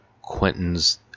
Quentin's